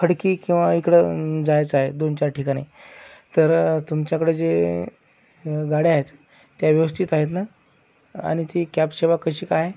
खडकी किंवा इकडं जायचं आहे दोन चार ठिकाणी तर तुमच्याकडं जे गाड्या आहेत त्या व्यवस्थित आहेत ना आणि ती कॅब सेवा कशी काय